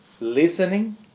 listening